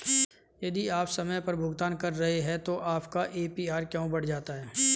यदि आप समय पर भुगतान कर रहे हैं तो आपका ए.पी.आर क्यों बढ़ जाता है?